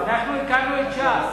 אנחנו הקמנו את ש"ס.